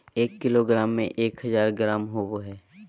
एक किलोग्राम में एक हजार ग्राम होबो हइ